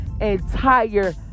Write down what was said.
entire